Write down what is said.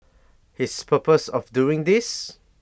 his purpose of doing this